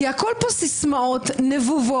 כי הכול פה סיסמאות נבובות,